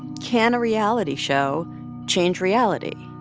can a reality show change reality?